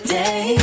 day